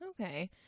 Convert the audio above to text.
Okay